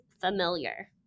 familiar